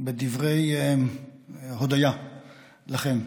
בדברי הודיה לכם.